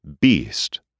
Beast